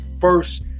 first